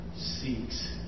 seeks